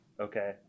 Okay